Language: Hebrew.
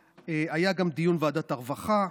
והיה גם דיון בוועדת הרווחה,